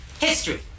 History